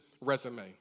resume